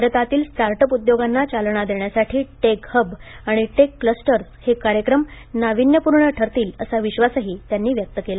भारतील start up उद्योगांना चालना देण्यासाठी टेक हब आणि टेक क्लस्टर्स हे कार्यक्रम नावीन्यपूर्ण ठरतील असा विश्वासही त्यांनी व्यक्त केला